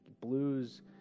blues